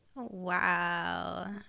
Wow